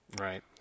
Right